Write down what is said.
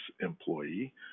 employee